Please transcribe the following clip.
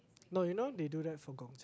no you know they do that for gong-c~